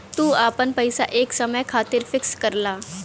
तू आपन पइसा एक समय खातिर फिक्स करला